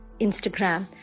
Instagram